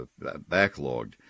backlogged